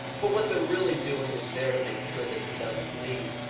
but what they're really doing is there to make sure that he doesn't leave.